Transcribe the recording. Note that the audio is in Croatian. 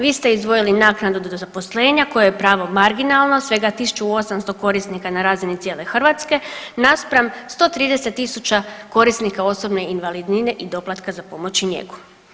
Vi ste izdvojili naknadu za zaposlenja koje je pravo marginalno, svega 1800 korisnika na razini cijele Hrvatske naspram 130 000 korisnika osobne invalidnine i doplatka za pomoć i njegu.